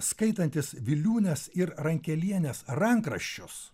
skaitantys viliūnės ir rankelienės rankraščius